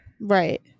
Right